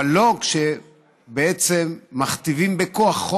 אבל לא כשמכתיבים חוק בכוח.